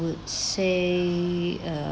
would say err